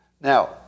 Now